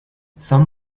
some